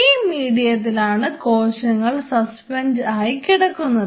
ഈ മീഡിയത്തിലാണ് കോശങ്ങൾ സസ്പെൻഡ് ആയി കിടക്കുന്നത്